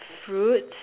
fruits